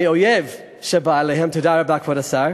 מאויב שבא עליהם, תודה רבה, כבוד השר,